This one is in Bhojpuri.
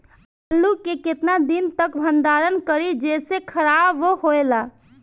आलू के केतना दिन तक भंडारण करी जेसे खराब होएला?